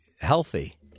healthy